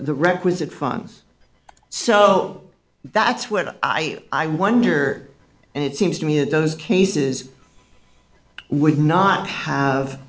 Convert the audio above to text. the requisite funds so that's what i i wonder and it seems to me that those cases would not have